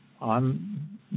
on